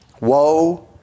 Woe